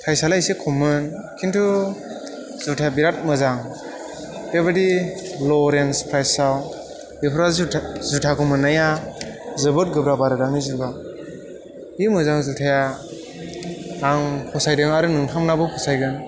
price आलाय एसे खममोन खिन्थु जुथाया बिराद मोजां बेबादि ल' रेन्ज प्राइस आव बेफोरबादि जुथा जुथाखौ मोन्नाया जोबोद गोब्राब आरो दानि जुगाव जि मोजां जुथाया आं फसायदों आरो नोंथांमोनाबो फसायगोन